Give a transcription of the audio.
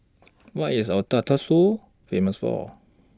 What IS Ouagadougou Famous For